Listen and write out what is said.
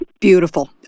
Beautiful